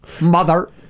Mother